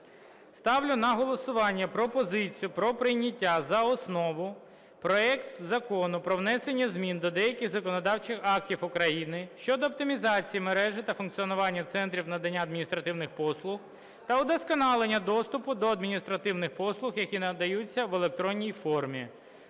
Ставлю на голосування пропозицію про прийняття за основу проект Закону про внесення змін до деяких законодавчих актів України щодо оптимізації мережі та функціонування центрів надання адміністративних послуг та удосконалення доступу до адміністративних послуг, які надаються в електронній формі